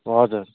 हजुर